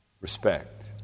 Respect